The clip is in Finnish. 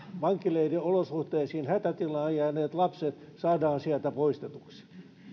vankileiriolosuhteisiin hätätilaan jääneet lapset saadaan sieltä poistetuksi